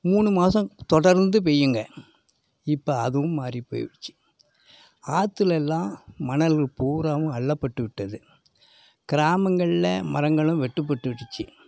மூணு மாதம் தொடர்ந்து பெய்யுங்க இப்போ அதுவும் மாறி போய்டுச்சு ஆற்றுலலாம் மணல் பூராவும் அள்ளப்பட்டு விட்டது கிராமங்களில் மரங்களும் வெட்டு பட்டுடுச்சு